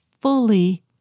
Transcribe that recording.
fully